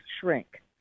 Shrink